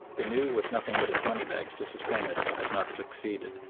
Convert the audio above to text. the new with nothing but its money-bags to sustain it, has not succeeded,